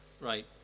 right